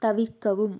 தவிர்க்கவும்